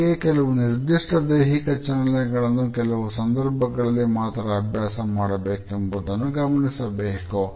ಹಾಗೆಯೇ ಕೆಲವು ನಿರ್ದಿಷ್ಟ ದೈಹಿಕ ಚಲನೆಗಳನ್ನು ಕೆಲವು ಸಂದರ್ಭಗಳಲ್ಲಿ ಮಾತ್ರ ಅಭ್ಯಾಸ ಮಾಡಬೇಕೆಂಬುದನ್ನು ಗಮನಿಸಬೇಕು